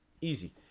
Easy